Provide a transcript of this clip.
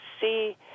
see